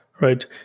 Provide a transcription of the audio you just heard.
Right